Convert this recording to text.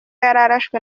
yararashwe